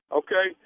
okay